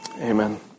Amen